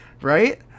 Right